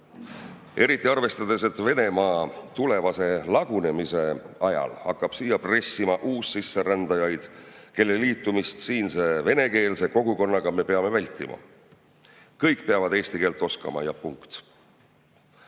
Eriti arvestades, et Venemaa tulevase lagunemise ajal hakkab siia pressima uussisserändajaid, kelle liitumist siinse venekeelse kogukonnaga me peame vältima. Kõik peavad eesti keelt oskama, ja punkt. Aga